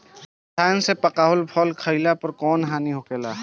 रसायन से पकावल फल खइला पर कौन हानि होखेला?